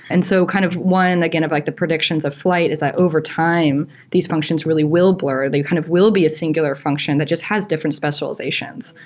and so kind of one, again, of like the predictions of flyte is that overtime these functions really will blur. they kind of will be a singular function that just has different specializations.